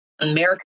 America